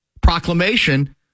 proclamation